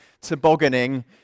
tobogganing